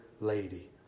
lady